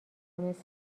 مثل